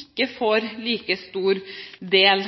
ikke får like stor del